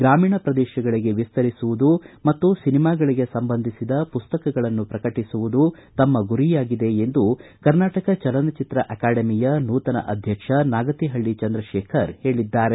ಗ್ರಾಮೀಣ ಪ್ರದೇಶಗಳಿಗೆ ವಿಸ್ತರಿಸುವುದು ಮತ್ತು ಸಿನಿಮಾಗಳಿಗೆ ಸಂಬಂಧಿಸಿದ ಪುಸ್ತಕಗಳನ್ನು ಪ್ರಕಟಿಸುವುದು ತಮ್ಮ ಗುರಿಯಾಗಿದೆ ಎಂದು ಕರ್ನಾಟಕ ಚಲನಚಿತ್ರ ಆಕಾಡೆಮಿಯ ನೂತನ ಅಧ್ಯಕ್ಷ ನಾಗತಿಹಳ್ಳಿ ಚಂದ್ರತೇಖರ್ ಹೇಳಿದ್ದಾರೆ